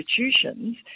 institutions